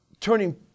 turning